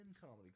Comedy